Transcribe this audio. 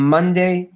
Monday